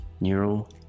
Neural